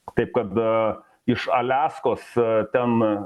kaip kada iš aliaskos ten